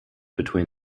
between